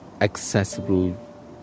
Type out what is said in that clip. accessible